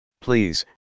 Please